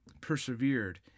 persevered